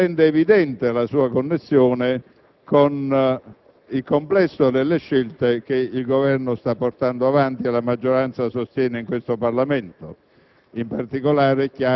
ne rende evidente la connessione con il complesso delle scelte che l'Esecutivo sta portando avanti e che la maggioranza sostiene in questo Parlamento.